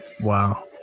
Wow